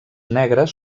negres